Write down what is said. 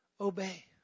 obey